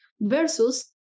versus